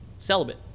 celibate